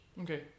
Okay